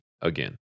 again